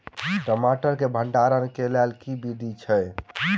टमाटर केँ भण्डारण केँ लेल केँ विधि छैय?